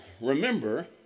Remember